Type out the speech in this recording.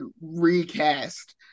recast